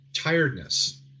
tiredness